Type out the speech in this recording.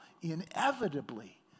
inevitably